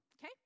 Okay